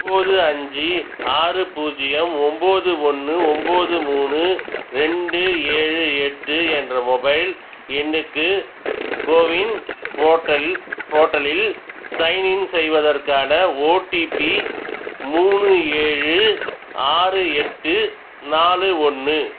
ஒம்போது அஞ்சு ஆறு பூஜ்ஜியம் ஒம்போது ஒன்று ஒம்போது மூணு ரெண்டு ஏழு எட்டு என்ற மொபைல் எண்ணுக்கு கோவின் போர்ட்டல் போர்ட்டலில் சைன்இன் செய்வதற்கான ஓடிபி மூணு ஏழு ஆறு எட்டு நாலு ஒன்று